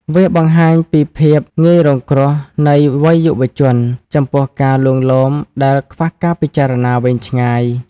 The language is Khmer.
វាបង្ហាញពីភាពងាយរងគ្រោះនៃវ័យយុវវ័យ ចំពោះការលួងលោមដែលខ្វះការពិចារណាវែងឆ្ងាយ។